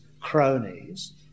cronies